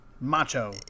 macho